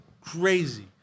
Crazy